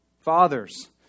Fathers